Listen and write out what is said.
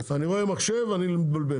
אני רואה מחשב, אני מתלבלב.